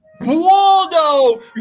Waldo